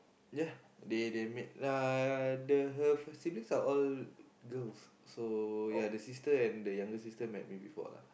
ya they they made ah the her her siblings are all girls so ya the sister and the younger sister met me before lah